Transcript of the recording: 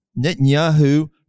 Netanyahu